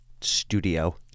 studio